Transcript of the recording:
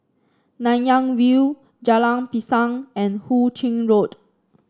Nanyang View Jalan Pisang and Hu Ching Road